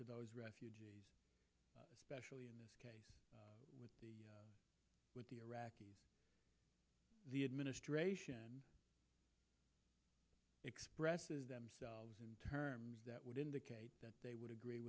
to those refugees specially in this case with the with the iraqis the administration expresses themselves in terms that would indicate that they would agree